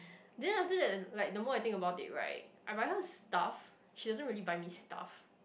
then after that like the more I think about it right I buy her stuff she doesn't really buy me stuff